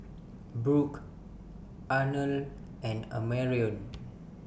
Brook Arnold and Amarion